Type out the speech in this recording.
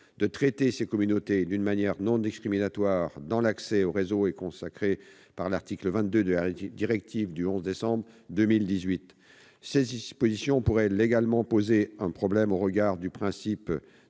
de traiter ces communautés « d'une manière non discriminatoire » dans l'accès aux réseaux est consacrée par l'article 22 de la directive du 11 décembre 2018. Cette disposition pose également un problème au regard du principe